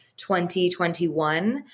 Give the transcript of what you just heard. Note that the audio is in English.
2021